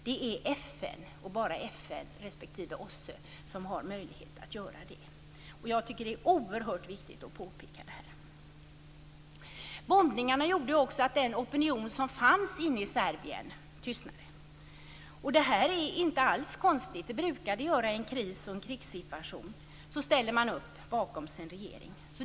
Det är FN och bara FN respektive OSSE som har möjlighet att göra det. Bombningarna gjorde också att den opinion som fanns i Serbien tystnade. Det är inte alls konstigt. I en kris och krigssituation brukar man ställa sig bakom sin regering.